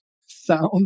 sound